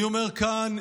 אני אומר כאן,